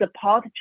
support